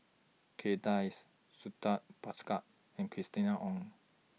Kay Das Santha Bhaskar and Christina Ong